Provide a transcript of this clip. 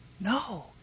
no